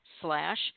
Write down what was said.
slash